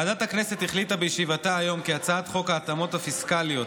ועדת הכנסת החליטה בישיבתה היום כי הצעת חוק ההתאמות הפיסקליות,